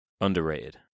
underrated